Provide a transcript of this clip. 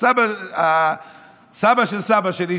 סבא של סבא שלי,